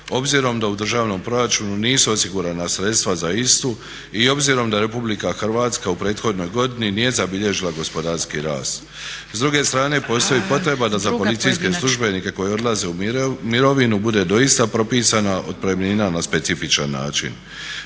obzirom da u državnom proračunu nisu osigurana sredstva za istu i obzirom da Republika Hrvatska u prethodnoj godini nije zabilježila gospodarski rast. S druge strane, postoji potreba da za policijske službenike koji odlaze u mirovinu bude doista propisana otpremnina na specifičan način.